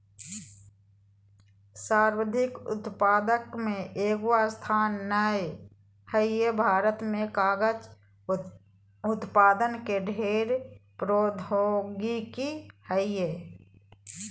सर्वाधिक उत्पादक में एगो स्थान नय हइ, भारत में कागज उत्पादन के ढेर प्रौद्योगिकी हइ